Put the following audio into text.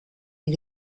die